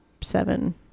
seven